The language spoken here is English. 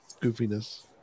goofiness